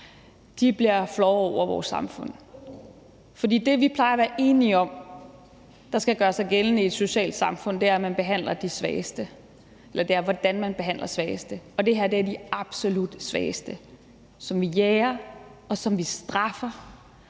bliver flove over vores samfund. For det, vi plejer at være enige om skal tegne et socialt samfund, er, hvordan man behandler de svageste, og det her er de absolut svageste, som vi jager, og som vi straffer.